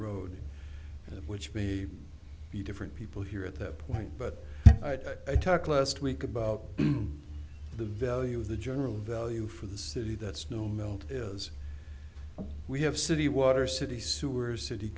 road which may be different people here at that point but i talked last week about the value of the general value for the city that snow melt is we have city water city sewer city